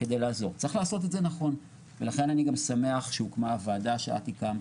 צריך לעשות את זה נכון ולכן אני גם שמח שהוקמה הוועדה שאת הקמת,